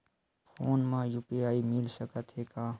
Phone मा UPI मिल सकत हे का?